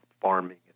farming